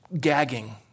gagging